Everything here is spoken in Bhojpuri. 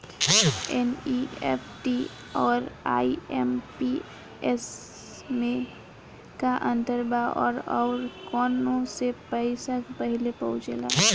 एन.ई.एफ.टी आउर आई.एम.पी.एस मे का अंतर बा और आउर कौना से पैसा पहिले पहुंचेला?